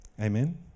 Amen